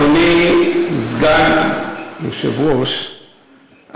אדוני סגן היושב-ראש,